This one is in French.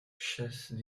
chasse